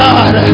God